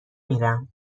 میرم